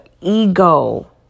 ego